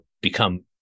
become